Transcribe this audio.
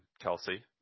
Kelsey